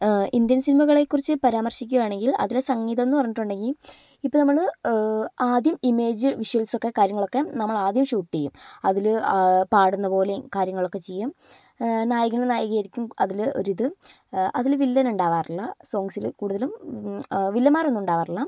Indian സിനിമകളെക്കുറിച്ച് പരാമർശിക്കുവാണെങ്കിൽ അതിന് സംഗീതമെന്ന് പറഞ്ഞിട്ടുണ്ടെങ്കിൽ ഇപ്പോൾ നമ്മള് ആദ്യം ഇമേജ് വിഷ്വൽസൊക്കെ കാര്യങ്ങളൊക്കെ നമ്മള് ആദ്യം ഷൂട്ട് ചെയ്യും അതില് പാടുന്ന പോലെയും കാര്യങ്ങളൊക്കെ ചെയ്യും നായകനും നായികയും ആയിരിക്കും അതില് ഒരു ഇത് അതില് വില്ലൻ ഉണ്ടാവാറില്ല സോങ്സില് കൂടുതലും വില്ലന്മാരൊന്നും ഉണ്ടാകാറില്ല